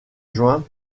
juin